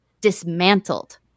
dismantled